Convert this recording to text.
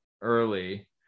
early –